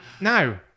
no